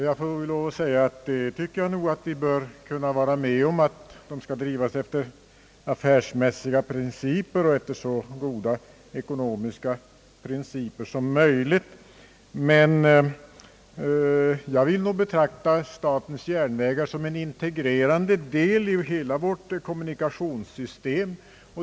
Jag tycker att vi bör kunna vara med om att SJ skall drivas efter affärsmässiga principer och efter så goda ekonomiska principer som möjligt, men jag vill betrakta statens järnvägar som en integrerande del av hela vårt kommunikationssystem.